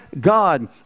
god